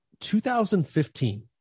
2015